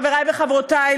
חברי וחברותי,